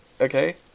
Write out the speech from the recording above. okay